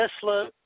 Tesla